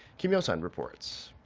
kim hyo-sun reports.